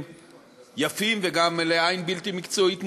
יציג את הצעת החוק שר התשתיות הלאומיות,